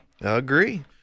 Agree